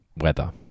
weather